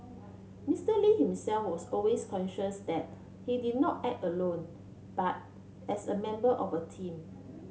Mister Lee himself was always conscious that he did not act alone but as a member of a team